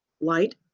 Light